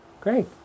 Great